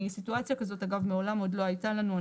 סיטואציה כזאת, אגב, מעולם עוד לא הייתה לנו.